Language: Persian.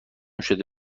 شده